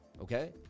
Okay